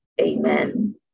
Amen